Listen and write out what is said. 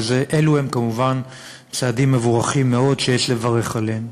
ואלו הם כמובן צעדים מבורכים מאוד שיש לברך עליהם.